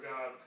God